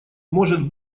может